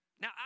Now